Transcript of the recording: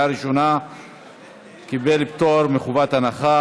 לוועדת העבודה,